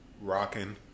rocking